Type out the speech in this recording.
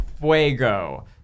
fuego